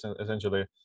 essentially